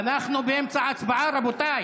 אנחנו באמצע ההצבעה, רבותיי.